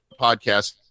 podcast